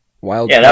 Wild